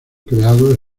creados